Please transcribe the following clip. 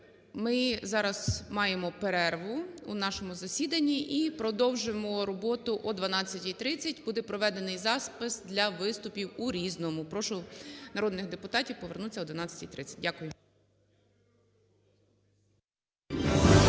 Ми зараз маємо перерву у нашому засіданні і продовжимо роботу о 12:30. Буде проведений запис для виступів у "Різному". Прошу народних депутатів повернутися о 12:30. Дякую.